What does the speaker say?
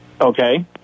Okay